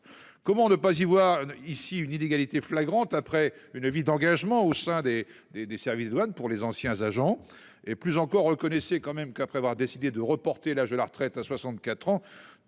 Comment ne pas y voir ici une inégalité flagrante. Après une vie d'engagements au sein des des des services douanes pour les anciens agents et plus encore, reconnaissez quand même qu'après avoir décidé de reporter l'âge de la retraite à 64 ans.